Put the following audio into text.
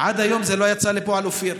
עד היום זה לא יצא לפועל, אופיר.